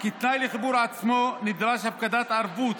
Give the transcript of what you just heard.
כתנאי לחיבור עצמו, נדרשת הפקדת ערבות